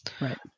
Right